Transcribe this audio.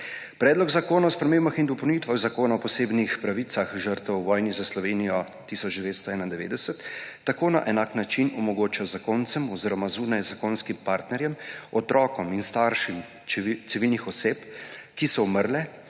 Predlog zakona o spremembah in dopolnitvah Zakona o posebnih pravicah žrtev v vojni za Slovenijo 1991 tako na enak način omogoča zakoncem oziroma zunajzakonskim partnerjem, otrokom in staršem civilnih oseb, ki so umrle,